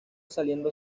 saliendo